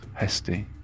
Hesty